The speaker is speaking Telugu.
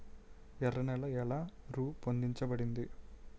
ఎర్ర నేల ఎలా రూపొందించబడింది?